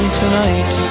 tonight